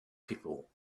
people